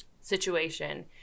situation